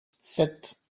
sept